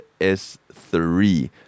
S3